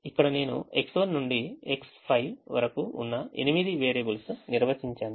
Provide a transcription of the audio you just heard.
ఇక్కడ నేను X1 నుండి X5 వరకు ఉన్న ఎనిమిది వేరియబుల్స్ నిర్వచించాను